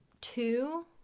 two